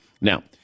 Now